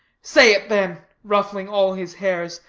say it, then, ruffling all his hairs.